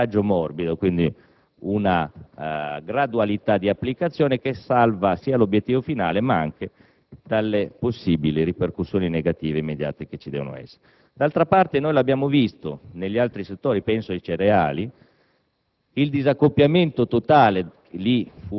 immediata del disaccoppiamento totale, un atterraggio morbido, una gradualità di applicazione che salva sia l'obiettivo finale, ma anche dalle possibili ripercussioni negative e immediate che ci devono essere. D'altra parte - lo abbiamo visto negli altri settori, e penso ai cereali